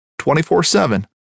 24-7